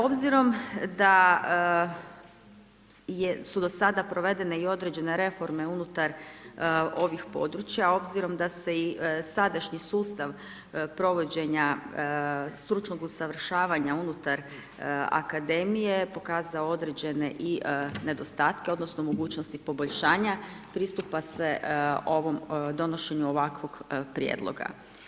Obzirom da je, su do sada provedene i određene reforme unutar ovih područja, obzirom da se i sadašnji sustav provođenja stručnog usavršavanja unutar akademije pokazao određene i nedostatke odnosno mogućnosti poboljšanja pristupa se ovom donošenju ovakvog prijedloga.